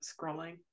scrolling